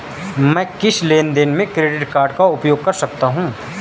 मैं किस लेनदेन में क्रेडिट कार्ड का उपयोग कर सकता हूं?